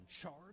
charge